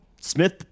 Smith